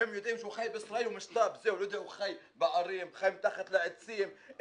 הם יודעים שהוא חי בישראל הוא משת"פ, זהו.